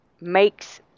makes